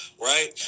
right